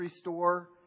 store